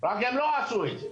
רק הם לא עשו את זה.